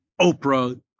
Oprah